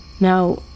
Now